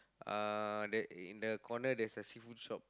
uh that in the corner there's a seafood shop